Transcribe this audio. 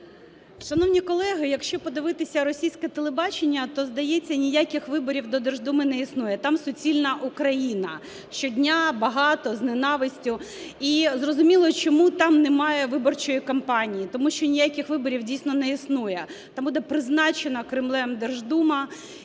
Шановні колеги, якщо подивитися російське телебачення, то здається, ніяких виборів до Держдуми не існує – там суцільна Україна, щодня, багато, з ненавистю. І зрозуміло, чому там немає виборчої кампанії: тому що ніяких виборів дійсно не існує. Там буде призначена Кремлем Держдума,